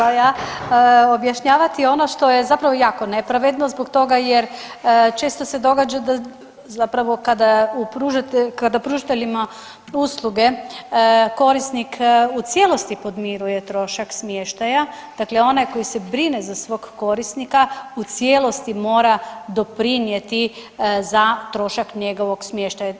Krenula ja objašnjavati ono što je zapravo jako nepravedno zbog toga jer često se događa zapravo kada pružateljima usluge korisnik u cijelosti podmiruje trošak smještaja, dakle onaj koji se brine za svog korisnika u cijelosti mora doprinijeti za trošak njegovog smještaja.